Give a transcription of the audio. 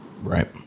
Right